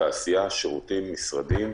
תעשייה, שירותים ומשרדים,